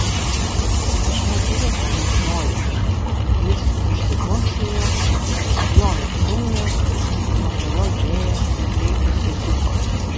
aš neturiu ko jūs norite jis užsikosėjo išspjovė kraują nuo kurio džėja vikriai išsisuko